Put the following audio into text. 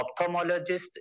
ophthalmologist